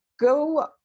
go